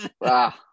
Wow